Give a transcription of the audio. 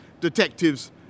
detectives